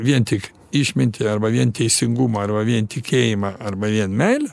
vien tik išmintį arba vien teisingumą arba vien tikėjimą arba vien meilę